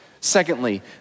Secondly